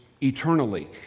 eternally